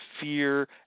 fear